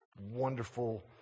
wonderful